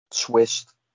twist